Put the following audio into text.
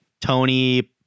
Tony